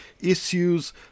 issues